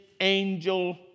angel